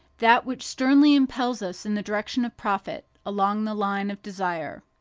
that which sternly impels us in the direction of profit, along the line of desire.